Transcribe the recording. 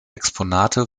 exponate